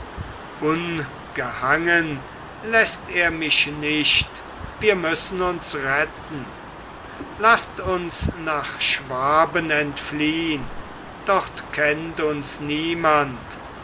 ungehangen läßt er mich nicht wir müssen uns retten laßt uns nach schwaben entfliehn dort kennt uns niemand